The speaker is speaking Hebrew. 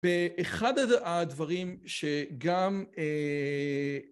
באחד הדברים שגם א...